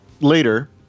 later